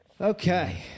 Okay